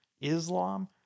Islam